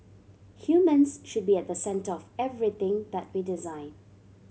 humans should be at the centre of everything that we design